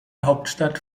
hauptstadt